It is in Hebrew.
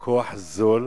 הוא כוח זול.